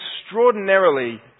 extraordinarily